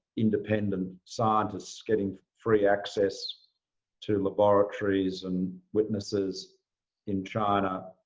independent scientists getting free access to laboratories and witnesses in china